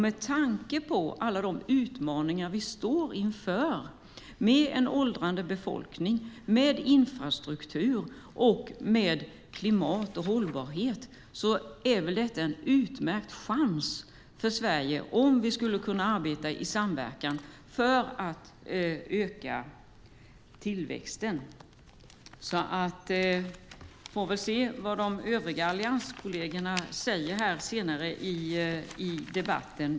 Med tanke på alla de utmaningar som vi står inför med en åldrande befolkning, med infrastrukturen och med klimat och hållbarhet är det väl en utmärkt chans för Sverige om vi skulle kunna arbeta i samverkan för att öka tillväxten. Vi får se vad de övriga allianskollegerna säger här senare i debatten.